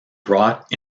brought